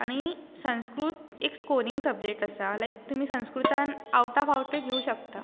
आनी संस्कृत एक scoring subject आसा लायक तुमी संस्कृतान आवट ओफ आवट घेवूंक शकतां